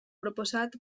proposat